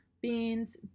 beans